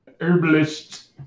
herbalist